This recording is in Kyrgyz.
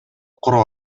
куруп